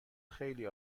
خیلی